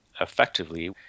effectively